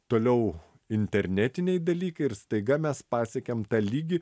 toliau internetiniai dalykai ir staiga mes pasiekėm tą lygį